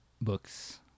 books